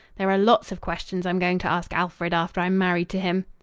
there are lots of questions i'm going to ask alfred after i'm married to him.